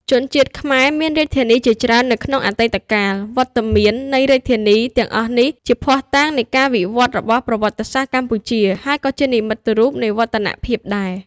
ជនជាតិខ្មែរមានរាជធានីជាច្រើននៅក្នុងអតីតកាល វត្តមាននៃរាជធានី ទាំងអស់នេះ ជាភស្តុតាងនៃការវិវឌ្ឍន៍របស់ប្រវត្តិសាស្ត្រកម្ពុជា ហើយក៏ជានិមិត្តរូប នៃវឌ្ឍនភាពដែរ ។